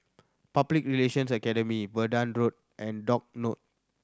Public Relations Academy Verdun Road and Dock Road